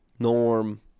Norm